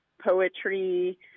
poetry